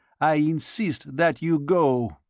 i insist that you go!